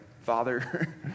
Father